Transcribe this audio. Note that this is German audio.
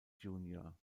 junior